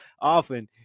often